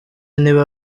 niba